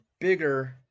bigger